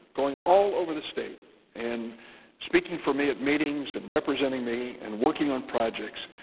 going all over the state and speaking for me at meetings and representing me and working on projects,